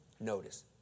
Notice